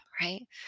right